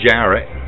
Jarrett